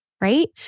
Right